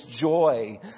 joy